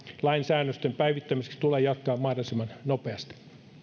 lainsäännösten päivittämiseksi tulee jatkaa mahdollisimman nopeasti